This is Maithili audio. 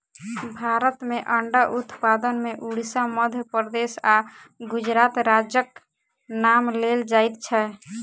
भारत मे अंडा उत्पादन मे उड़िसा, मध्य प्रदेश आ गुजरात राज्यक नाम लेल जाइत छै